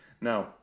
Now